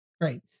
Great